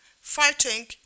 fighting